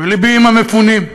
ולבי עם המפונים.